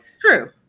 true